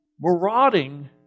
marauding